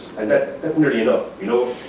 and that's that's nearly enough, you